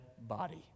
body